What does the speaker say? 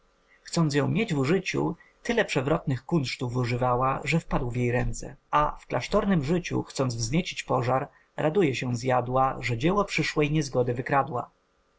chcąc ją mieć w użyciu tyle przewrotnych kunsztów używała że wpadł w jej ręce a w klasztornem życiu chcąc wzniecić pożar raduje się zjadła że dzieło przyszłej niezgody